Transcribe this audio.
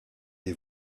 des